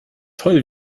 toll